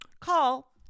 call